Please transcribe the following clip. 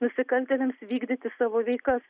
nusikaltėliams vykdyti savo veiklas